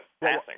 passing